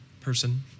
person